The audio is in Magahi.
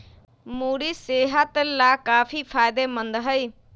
मूरी सेहत लाकाफी फायदेमंद हई